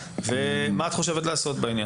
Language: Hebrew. ומה את חושבת לעשות בעניין?